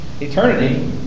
Eternity